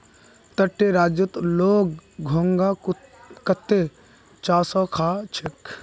तटीय राज्यत लोग घोंघा कत्ते चाव स खा छेक